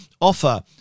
offer